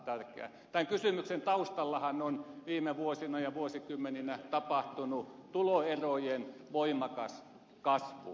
tämän kysymyksen taustallahan on viime vuosina ja vuosikymmeninä tapahtunut tuloerojen voimakas kasvu